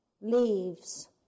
leaves